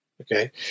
Okay